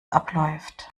abläuft